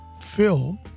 Phil